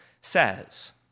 says